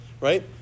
right